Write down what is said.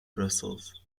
brussels